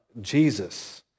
Jesus